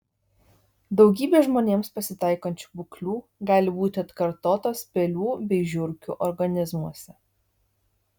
daugybė žmonėms pasitaikančių būklių gali būti atkartotos pelių bei žiurkių organizmuose